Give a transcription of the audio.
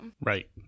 Right